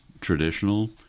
traditional